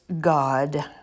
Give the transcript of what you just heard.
God